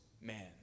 man